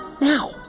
now